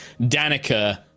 Danica